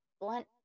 Blunt